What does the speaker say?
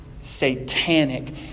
satanic